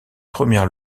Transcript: premières